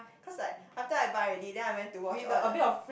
cause like after I buy already then I went to watch all the